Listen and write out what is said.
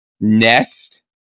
nest